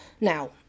Now